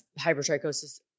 hypertrichosis